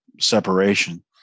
separation